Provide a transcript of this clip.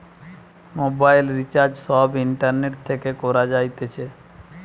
মোবাইলের রিচার্জ সব ইন্টারনেট থেকে করা যাইতেছে